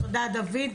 אבי,